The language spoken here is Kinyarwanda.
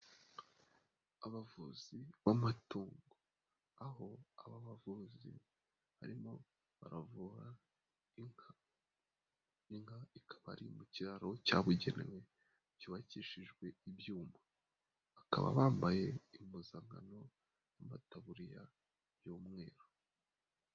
Abavuzi b'amatungo, aho aba bavuzi barimo baravura inka. Inka ikaba ari mu cyaro cyabugenewe cyubakishijwe ibyuma. Bakaba bambaye impuzankano n'amataburiya by'umweru.